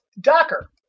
Docker